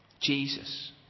Jesus